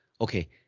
okay